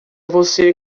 você